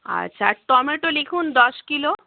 আচ্ছা আর টমেটো লিখুন দশ কিলো